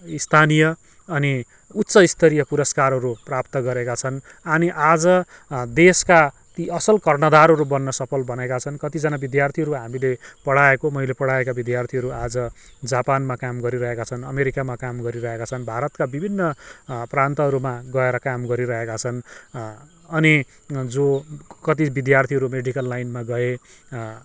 स्थानीय अनि उच्च स्तारीय पुरस्कारहरू प्राप्त गरेका छन् अनि आज देशका ती असल कर्णधारहरू बन्न सफल बनेका छन् कतिजना विधार्थीहरू हामीले पढाएको मैले पढाएको विद्यार्थीहरू आज जापानमा काम गरिरहेका छन् अमेरिकामा काम गरिरहेका छन् भारतका बिभिन्न प्रान्तहरूमा गएर काम गरिरहेका छन् अनि जो कति विद्यार्थीहरू मेडिकल लाइनमा गए